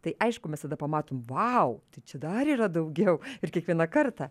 tai aišku mes tada pamatom vau tai čia dar yra daugiau ir kiekvieną kartą